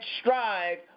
strive